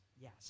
yes